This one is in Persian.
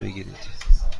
بگیرید